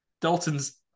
Dalton's